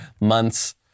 months